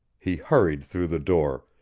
he hurried through the door,